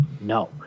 No